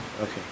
Okay